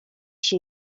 się